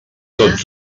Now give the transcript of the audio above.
tots